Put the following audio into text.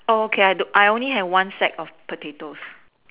oh okay I don't I only have one sack of potatoes